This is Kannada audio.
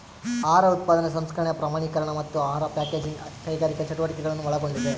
ಆಹಾರ ಉತ್ಪಾದನೆ ಸಂಸ್ಕರಣೆ ಪ್ರಮಾಣೀಕರಣ ಮತ್ತು ಆಹಾರ ಪ್ಯಾಕೇಜಿಂಗ್ ಕೈಗಾರಿಕಾ ಚಟುವಟಿಕೆಗಳನ್ನು ಒಳಗೊಂಡಿದೆ